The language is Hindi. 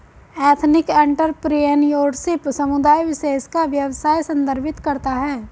एथनिक एंटरप्रेन्योरशिप समुदाय विशेष का व्यवसाय संदर्भित करता है